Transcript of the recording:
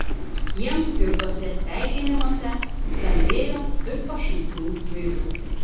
jiems skirtuose sveikinimuose skambėjo ir pašaipių gaidų